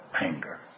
anger